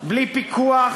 בלי פיקוח,